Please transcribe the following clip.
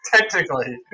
Technically